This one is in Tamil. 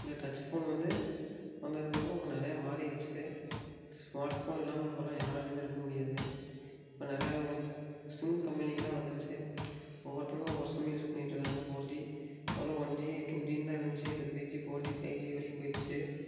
இந்த டச் ஃபோன் வந்து வந்ததுக்கப்புறம் இப்போ நிறைய மாறிடுத்து ஸ்மார்ட் ஃபோன் இல்லாமல் இப்போலாம் யாராலேயுமே இருக்க முடியாது இப்போ நிறைய சிம் கம்பெனிகள்லாம் வந்துடுத்து ஒவ்வொருத்தங்களும் ஒவ்வொரு சிம் யூஸ் பண்ணிக்கிட்டு இருக்காங்க ஃபோர் ஜி முதல்ல ஒன் ஜி டூ ஜினுதான் இருந்துச்சு இப்போ three G four G five G வரைக்கும் போயிடுத்து